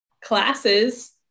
classes